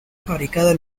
fabricado